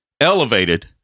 elevated